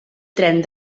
tren